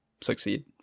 succeed